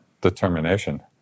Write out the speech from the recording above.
determination